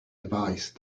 device